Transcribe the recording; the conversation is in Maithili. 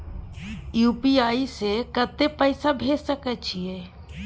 यु.पी.आई से कत्ते पैसा भेज सके छियै?